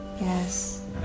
Yes